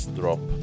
drop